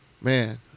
Man